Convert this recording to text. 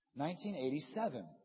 1987